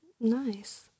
Nice